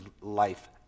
life